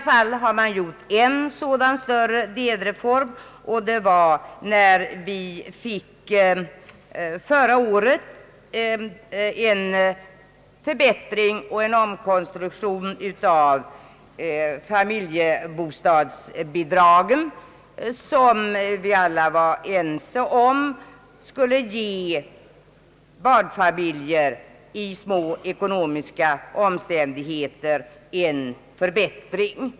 Förra året fick vi en utökning och en omkonstruktion av familjebostadsbidragen, som vi alla var ense om skulle ge barnfamiljer i små ekonomiska omständigheter en förbättring.